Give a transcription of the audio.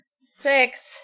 Six